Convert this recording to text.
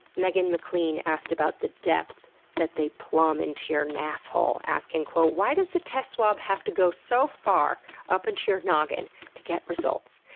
meghan mclean asked about the depth that they plumb into your nasshole, asking why does the testing swab have to go so far up into your noggin to get results?